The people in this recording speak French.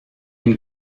une